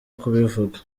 kubivuga